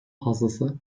fazlası